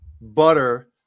butter